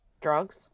Drugs